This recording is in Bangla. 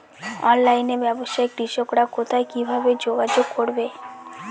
অনলাইনে ব্যবসায় কৃষকরা কোথায় কিভাবে যোগাযোগ করবে?